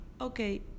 Okay